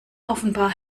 offenbar